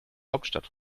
hauptstadt